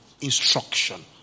instruction